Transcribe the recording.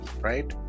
right